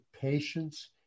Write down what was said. patience